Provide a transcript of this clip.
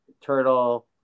turtle